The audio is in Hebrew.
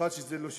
במיוחד שזה לא שלי.